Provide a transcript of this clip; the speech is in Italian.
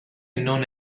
non